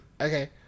okay